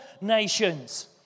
nations